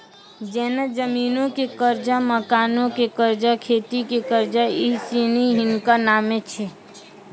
जेना जमीनो के कर्जा, मकानो के कर्जा, खेती के कर्जा इ सिनी हिनका नामे छै